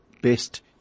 best